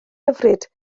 hyfryd